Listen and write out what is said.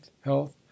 health